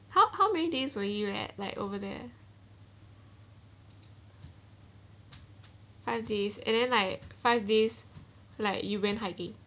how how many days where you at like over there kind of days and then like five days like you went hiking